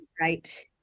right